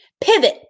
Pivot